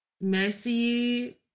Messy